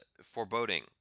foreboding